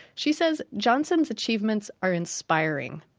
she says johnson's achievements are inspiring.